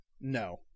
No